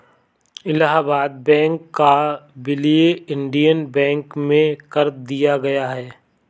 Allahabad bank का विलय Indian bank में कर दिया गया है